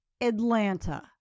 Atlanta